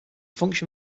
function